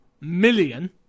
million